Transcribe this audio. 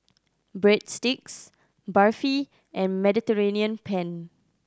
Breadsticks Barfi and Mediterranean Penne